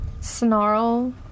snarl